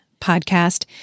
podcast